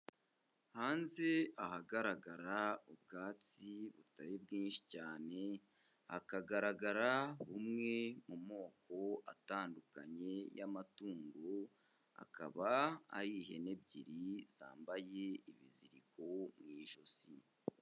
Hanze ahagaragara ubwatsi butari bwinshi cyane, hakagaragara bumwe mu moko atandukanye y'amatungo, akaba ari ihene ebyiri zambaye ibiziriko mu ijosi.